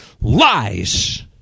lies